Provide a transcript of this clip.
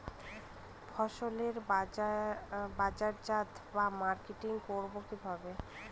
ফসলের বাজারজাত বা মার্কেটিং করব কিভাবে?